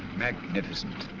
magnificent.